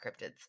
cryptids